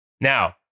Now